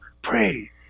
Pray